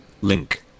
Link